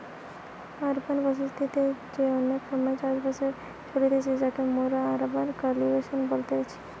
urban বসতি তে অনেক সময় চাষ বাসের কাজ চলতিছে যাকে মোরা আরবান কাল্টিভেশন বলতেছি